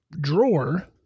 drawer